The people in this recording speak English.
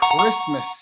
Christmas